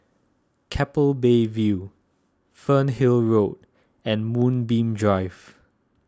Keppel Bay View Fernhill Road and Moonbeam Drive